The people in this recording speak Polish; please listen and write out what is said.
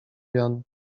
jan